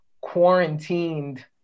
quarantined